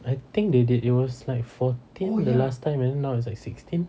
I think they did it was like fourteen the last time now it's like sixteen